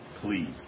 Please